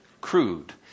crude